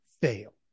fail